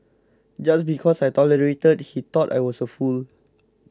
just because I tolerated he thought I was a fool